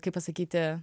kaip pasakyti